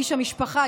איש המשפחה,